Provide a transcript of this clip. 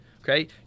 Okay